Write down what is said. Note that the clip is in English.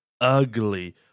ugly